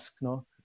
no